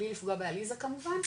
בלי לפגוע בעליזה כמובן,